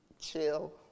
chill